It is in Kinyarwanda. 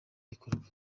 bikorwa